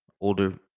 older